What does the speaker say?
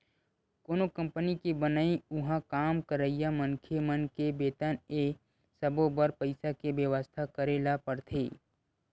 कोनो कंपनी के बनई, उहाँ काम करइया मनखे मन के बेतन ए सब्बो बर पइसा के बेवस्था करे ल परथे